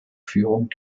führung